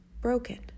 broken